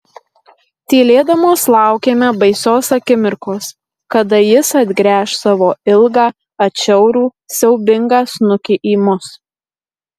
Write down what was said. tylėdamos laukėme baisios akimirkos kada jis atgręš savo ilgą atšiaurų siaubingą snukį į mus